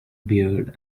beard